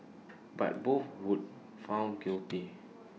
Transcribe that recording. but both were found guilty